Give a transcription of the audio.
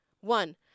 one